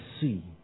see